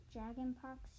Dragonpox